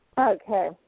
Okay